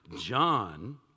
John